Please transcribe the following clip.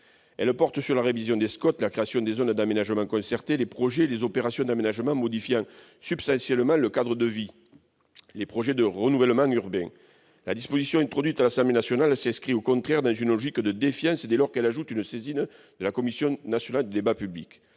elles portent sur la révision de SCOT, la création des zones d'aménagement concerté, les projets et les opérations d'aménagement modifiant substantiellement le cadre de vie, les projets de renouvellement urbain. La disposition introduite à l'Assemblée nationale s'inscrit au contraire dans une logique de défiance, dès lors qu'elle ajoute une saisine de la Commission nationale du débat public.